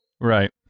right